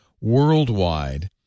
worldwide